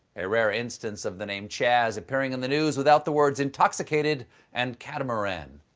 a rare instance of the name chaz appearing in the news without the words intoxicated and catamaran.